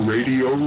Radio